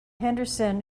henderson